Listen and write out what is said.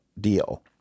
deal